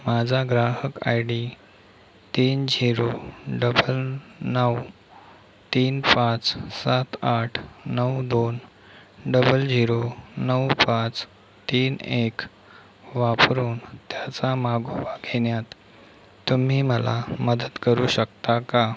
माझा ग्राहक I D तीन झिरो डबल नऊ तीन पाच सात आठ नऊ दोन डबल झिरो नऊ पाच तीन एक वापरून त्याचा मागोवा घेण्यात तुम्ही मला मदत करू शकता का